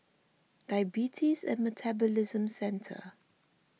Diabetes and Metabolism Centre